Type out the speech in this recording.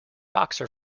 boxer